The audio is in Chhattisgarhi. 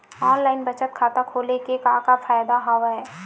ऑनलाइन बचत खाता खोले के का का फ़ायदा हवय